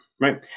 right